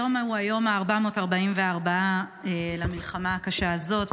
היום הוא היום ה-444 למלחמה הקשה הזאת,